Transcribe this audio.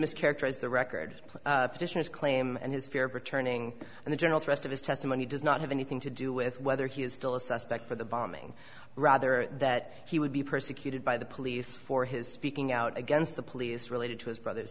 mischaracterized the record petitioners claim and his fear of returning and the general thrust of his testimony does not have anything to do with whether he is still a suspect for the bombing rather that he would be persecuted by the police for his speaking out against the police related to his brother's